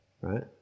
right